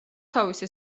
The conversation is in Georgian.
თავისი